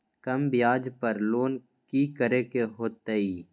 कम ब्याज पर लोन की करे के होतई?